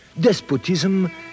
Despotism